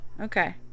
Okay